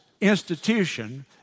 institution